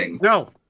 No